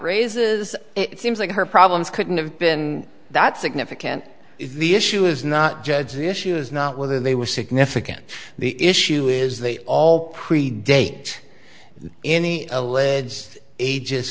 raises it seems like her problems couldn't have been that significant the issue is not judge the issue is not whether they were significant the issue is they all predate any alleged ages